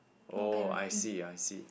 oh I see I see